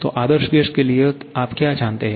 तो आदर्श गैस के लिए आप क्या जानते हैं